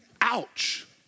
Ouch